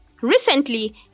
Recently